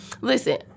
Listen